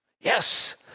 Yes